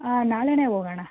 ಆಂ ನಾಳೆನೇ ಹೋಗಣ